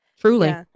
truly